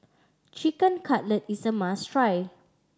Chicken Cutlet is a must try